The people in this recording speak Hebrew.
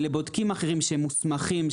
לבודקים אחרים שמוסמכים,